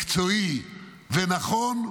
מקצועי ונכון,